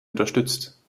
unterstützt